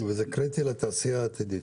זה קריטי לתעשייה עתידית.